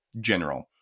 General